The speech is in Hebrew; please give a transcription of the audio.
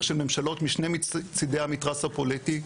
של ממשלות משנה משני צידי המתרס הפוליטי,